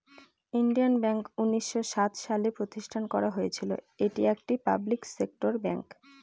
Indian Bank উনিশশো সাত সালে প্রতিষ্ঠান করা হয়েছিল এটি একটি পাবলিক সেক্টর ব্যাঙ্ক